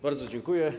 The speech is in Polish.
Bardzo dziękuję.